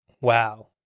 Wow